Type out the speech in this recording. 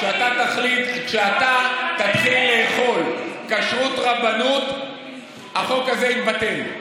כשאתה תתחיל לאכול כשרות רבנות החוק הזה יתבטל.